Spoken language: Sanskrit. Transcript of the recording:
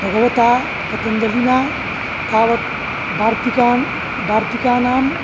भगवता पतञ्जलिना तावत् वार्तिकान् वार्तिकानाम्